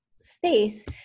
space